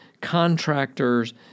contractors